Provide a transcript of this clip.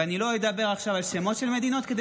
ואני לא אדבר עכשיו על השמות של המדינות כדי